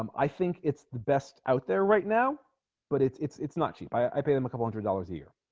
um i think it's the best out there right now but it's it's it's not cheap i i pay them a couple hundred dollars a year